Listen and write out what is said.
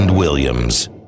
Williams